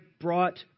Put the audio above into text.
brought